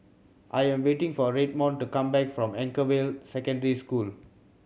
I am waiting for Redmond to come back from Anchorvale Secondary School